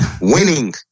Winning